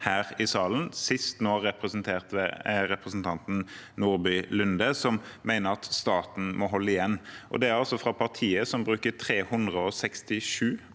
her i salen, sist representert ved representanten Nordby Lunde, som mener at staten må holde igjen. Det er altså fra partiet som bruker 367